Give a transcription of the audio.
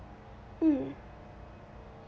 mm